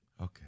Okay